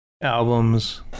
albums